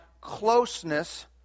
closeness